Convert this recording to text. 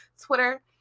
twitter